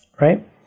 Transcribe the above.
right